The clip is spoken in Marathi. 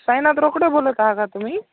साईनाथ रोकडे बोलत आहा का तुम्ही